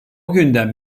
günden